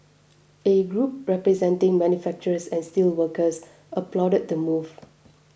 a group representing manufacturers and steelworkers applauded the move